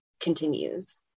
continues